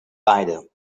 beide